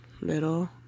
little